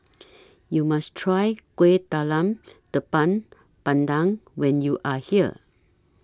YOU must Try Kueh Talam Tepong Pandan when YOU Are here